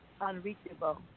unreachable